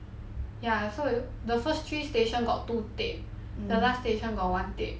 ya so the first three station got two tape the last station got one tape